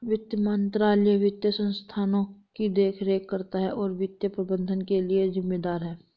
वित्त मंत्रालय वित्तीय संस्थानों की देखरेख करता है और वित्तीय प्रबंधन के लिए जिम्मेदार है